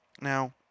Now